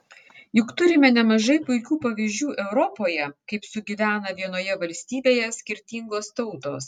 juk turime nemažai puikių pavyzdžių europoje kaip sugyvena vienoje valstybėje skirtingos tautos